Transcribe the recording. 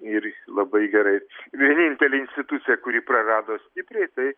ir labai gerai vienintelė institucija kuri prarado stipriai tai